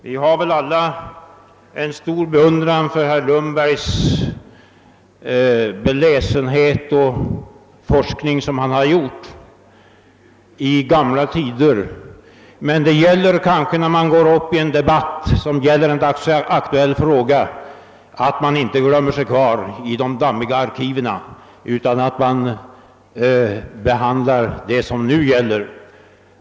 Vi har väl alla stor beundran för herr Lundbergs beläsenhet och de forskningar i gamla tiders förhållanden som han har bedrivit, men när man går upp i en debatt om en dagsaktuell fråga gäller det att inte glömma sig kvar i de dammiga arkiven, utan behandla det som frågan gäller.